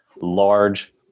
large